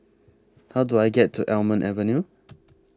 How Do I get to Almond Avenue